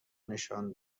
نشان